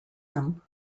him